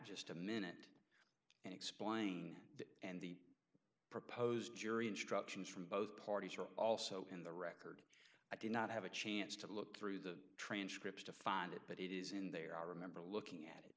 just a minute and explain the proposed jury instructions from both parties are also in the record i did not have a chance to look through the transcripts to find it but it is in there i remember look